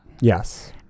Yes